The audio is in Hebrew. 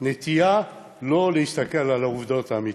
לא לכולם.